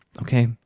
okay